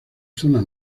zona